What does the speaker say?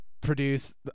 produce